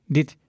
Dit